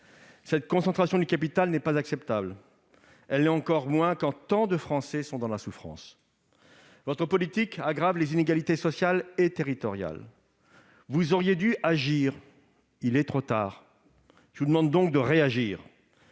Cette concentration du capital n'est pas acceptable. Elle l'est encore moins quand tant de Français sont dans la souffrance. Votre politique aggrave les inégalités sociales et territoriales. Vous auriez dû agir ; il est trop tard. Je vous demande donc de réagir.